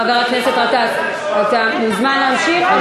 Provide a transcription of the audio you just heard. חבר הכנסת גטאס, אתה מוזמן להמשיך.